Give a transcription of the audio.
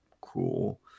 cool